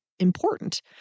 important